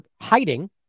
hiding